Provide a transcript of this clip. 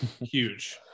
Huge